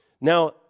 Now